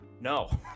No